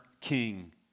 king